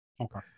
Okay